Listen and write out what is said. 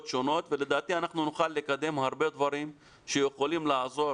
שונות ולדעתי נוכל לקדם הרבה דברים שיכולים לעזור